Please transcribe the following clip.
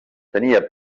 tenia